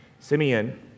Simeon